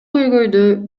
көйгөйдү